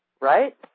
Right